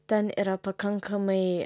ten yra pakankamai